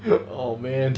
oh man